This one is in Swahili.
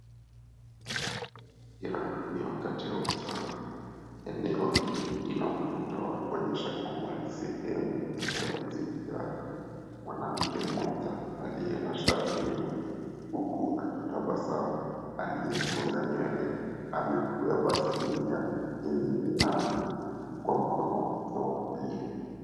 Mazingira ni wakati wa mchana. Eneo hii ina mvuto wa kuonyesha kuwa ni sehemu ya kujivinjari. Mwanamke mmoja aliye na shati nyeupe huku akitabasamu aliyesonga nywele amebeba sinia yenye minazi kwa mkono wake wa kulia.